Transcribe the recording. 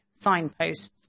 signposts